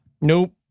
Nope